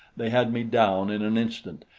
they had me down in an instant,